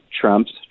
Trump's